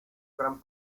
gran